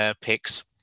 picks